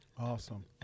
Awesome